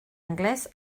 anglès